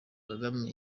kagame